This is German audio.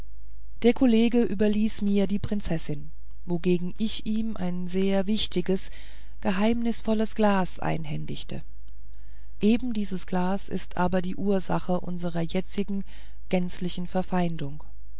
der kollege überließ mir die prinzessin wogegen ich ihm ein sehr wichtiges geheimnisvolles glas einhändigte eben dieses glas ist aber die ursache unserer jetzigen gänzlichen verfeindung